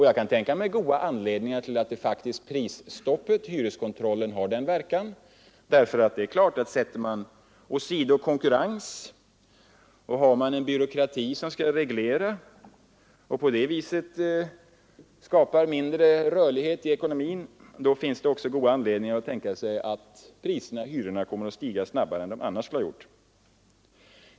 Jag kan tänka mig goda skäl till att prisstoppet, hyreskontrollen, har den verkan. Man åsidosätter konkurrensen och har en byråkrati som skall reglera det hela, och skapar man på det sättet mindre rörlighet i ekonomin, kommer hyrorna också att stiga snabbare än de annars skulle ha gjort.